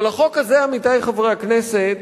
אבל החוק הזה, עמיתי חברי הכנסת,